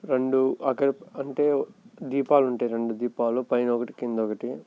రెండు అక్కడ అంటే దీపాలు ఉంటాయి రెండు దీపాలు పైన ఒకటి క్రింద ఒకటి